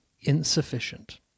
insufficient